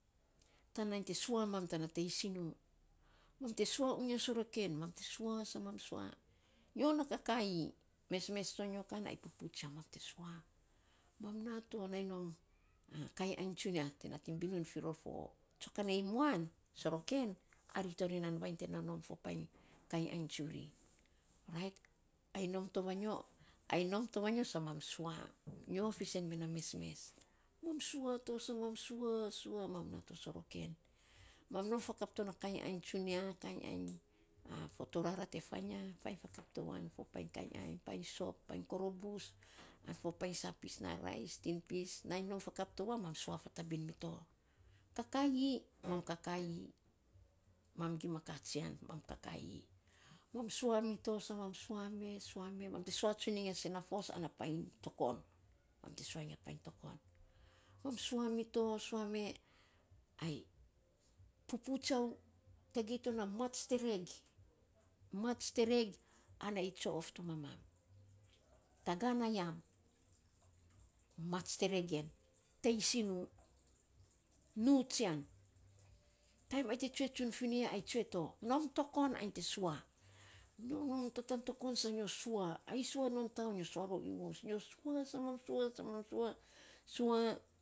Tan nainy te sua mam tan teisinu, mam te sua unya soroken, mam te sua, sa mam sua, nyo na kakaii mesmes tsonyo kan ai pupu tsiau. Mam na to ai nom kainy ainy tsinia te nating binun fi ror fo tsokanei uan, soroken, ari to ri nan vainy te nonom fo painy kiany ainy tsuri. Rait ai nom to va nyo sa mam sua. Nyo filsen me a mesmes. Mam sua to sa mam sua sua mam na to soroken. Mam nom fakp to na kainy ainy tsunia kainy ainy fo torara te fainy ya, fainy fakap to yan fo painy kainy ainy, fo painy soap fo painy korobus an fo painy sa pis na, rice, tinpis, nainy nom fakap to ya, sua fatbin mi to. Kakaii, mam kakaii. Mam igma katsian, mam kakaii. Mam sua mi to, sa mam sua me sua me mam te sua tsun iny ya sen na fos ana painy tokon. Mam te iny ya painy tokon, mam te iny ya painy tokon. Mam sua mito, sua me ai pupu tsiau tagei to na mats te reg ana ai tsue of to mamam, taga na yam mats te rg en. Teisinu, nuu tsian. Taim ai te tsue fi ni ya, ai tsue to, nom tokon ainy te sua. Nyo nom to tan tokon sa nyo sua, ai sua non tau, nyo sua rom i mus. Nyo sua, sa mam sua sa mam sua.